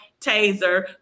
Taser